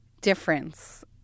difference